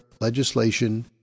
legislation